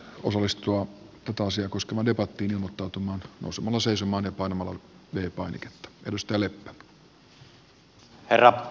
osallistua ketoosia koskeva debatti hivuttautumaan osumalla seisomaan ja panemalla ja japani herra puhemies